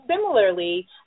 similarly